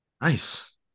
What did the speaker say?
Nice